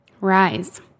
Rise